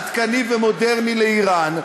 עדכני ומודרני לאיראן.